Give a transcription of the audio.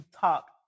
talk